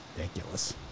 Ridiculous